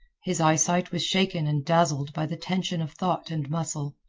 his eyesight was shaken and dazzled by the tension of thought and muscle.